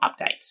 updates